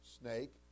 snake